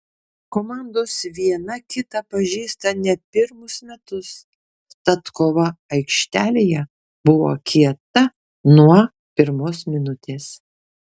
komandos viena kitą pažįsta ne pirmus metus tad kova aikštelėje buvo kieta nuo pirmos minutės